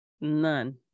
None